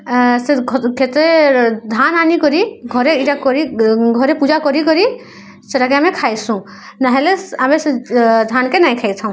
ସେ ଖେତେ ଧାନ ଆନିକରି ଘରେ ଇଟା କରି ଘରେ ପୂଜା କରି କରି ସେଟାକେ ଆମେ ଖାଇସୁଁ ନାହେଲେ ଆମେ ସେ ଧାନକେ ନାଇଁ ଖାଇଥାଉଁ